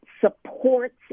supports